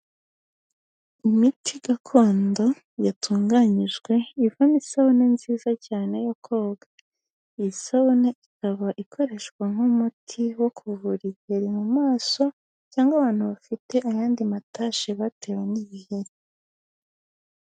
Imiti gakondo yatunganyijwe ivamo isabune nziza cyane yo koga, iyi sabune ikaba ikoreshwa nk'umuti wo kuvura ibiheri mu maso, cyangwa abantu bafite ayandi matashi batewe n'ibiheri.